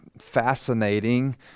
fascinating